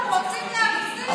הם רוצים להחזיר.